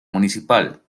municipal